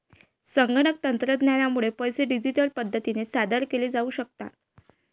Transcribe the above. संगणक तंत्रज्ञानामुळे पैसे डिजिटल पद्धतीने सादर केले जाऊ शकतात